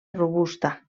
robusta